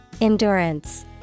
Endurance